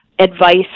advice